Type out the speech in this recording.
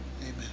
Amen